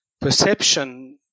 perception